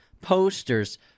posters